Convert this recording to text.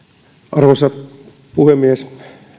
arvoisa puhemies tähän mihin